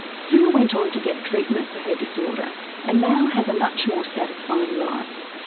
sue went on to get treatment for her disorder and now has a much more satisfying life.